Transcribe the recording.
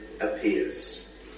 appears